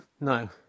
No